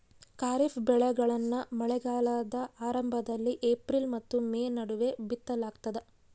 ಖಾರಿಫ್ ಬೆಳೆಗಳನ್ನ ಮಳೆಗಾಲದ ಆರಂಭದಲ್ಲಿ ಏಪ್ರಿಲ್ ಮತ್ತು ಮೇ ನಡುವೆ ಬಿತ್ತಲಾಗ್ತದ